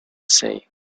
say